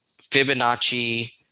Fibonacci